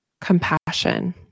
compassion